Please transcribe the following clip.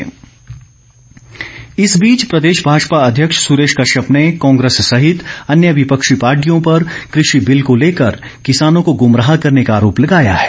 सुरेश कश्यप इस बीच प्रदेश भाजपा अध्यक्ष सुरेश कश्यप ने कांग्रेस सहित अन्य विपक्षी पार्टियों पर कृषि बिल को लेकर किसानों को गमराह करने का आरोप लगाया है